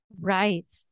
Right